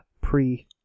pre